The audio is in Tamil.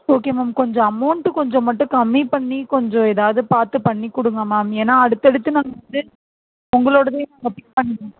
ஓகே மேம் கொஞ்சம் அமௌண்ட்டு கொஞ்சம் மட்டும் கம்மி பண்ணி கொஞ்சம் ஏதாவது பார்த்து பண்ணி கொடுங்க மேம் ஏன்னால் அடுத்து அடுத்து நாங்கள் வந்து உங்களோடதே நாங்கள் புக் பண்ணுறோம்